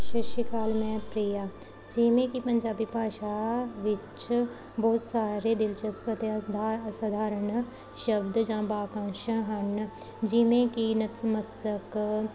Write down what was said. ਸਤਿ ਸ਼੍ਰੀ ਅਕਾਲ ਮੈਂ ਪ੍ਰਿਆ ਜਿਵੇਂ ਕਿ ਪੰਜਾਬੀ ਭਾਸ਼ਾ ਵਿੱਚ ਬਹੁਤ ਸਾਰੇ ਦਿਲਚਸਪ ਅਤੇ ਅਧਾ ਅਸਧਾਰਨ ਸ਼ਬਦ ਜਾਂ ਵਾਕੰਸ਼ ਹਨ ਜਿਵੇਂ ਕਿ ਨਤਮਸਤਕ